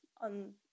on